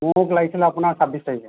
মোক লাগিছিল আপোনাৰ ছাব্বিছ তাৰিখে